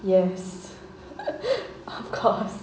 yes of course